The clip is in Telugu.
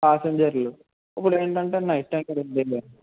ప్యాసింజర్లు ఇప్పుడు ఏంటంటే నైట్ టైం కదండి